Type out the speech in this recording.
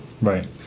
Right